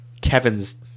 Kevin's